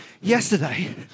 Yesterday